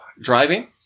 driving